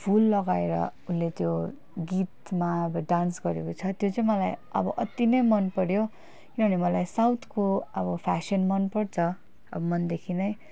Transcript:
फुल लगाएर उसले त्यो गीतमा अब डान्स गरेको छ त्यो चाहिँ मलाई अब अति नै मन पऱ्यो किनभने मलाई साउथको अब फेसन मन पर्छ अब मनदेखि नै